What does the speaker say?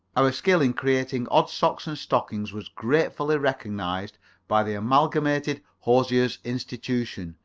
our skill in creating odd socks and stockings was gratefully recognized by the amalgamated hosiers' institution,